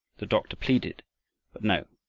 the doctor pleaded, but no,